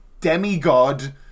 demigod